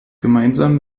gemeinsam